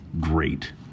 great